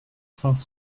cents